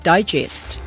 Digest